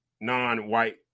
non-white